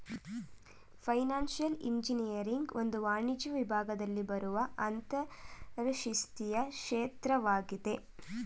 financial engineering ಒಂದು ವಾಣಿಜ್ಯ ವಿಭಾಗದಲ್ಲಿ ಬರುವ ಅಂತರಶಿಸ್ತೀಯ ಕ್ಷೇತ್ರವಾಗಿದೆ